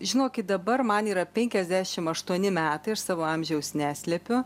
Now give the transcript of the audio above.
žinokit dabar man yra penkiasdešimt aštuoni metai aš savo amžiaus neslepiu